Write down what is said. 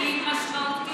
היא משמעותית,